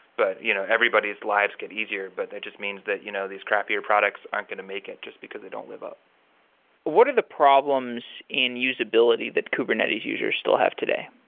but you know everybody's lives get easier, but that just means that you know these crappier products aren't going to make it just because they don't live up what are the problems in usability that kubernetes users still have today?